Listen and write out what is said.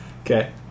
Okay